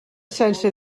sense